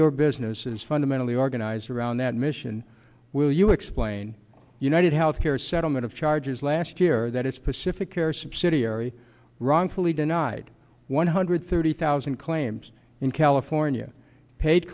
your business is fundamentally organized around that mission will you explain united healthcare settlement of charges last year that its pacific care subsidiary wrongfully denied one hundred thirty thousand claims in california paid